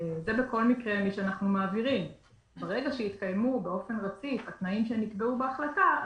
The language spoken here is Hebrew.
ברגע שיתקיימו באופן רציף התנאים שנקבעו בהחלטה,